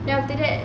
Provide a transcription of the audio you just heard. then after that